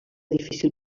difícil